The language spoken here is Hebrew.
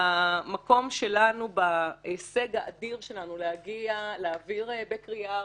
המקום שלנו בהישג האדיר שלנו להעביר בקריאה ראשונה,